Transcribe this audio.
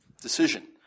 decision